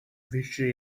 wische